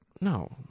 No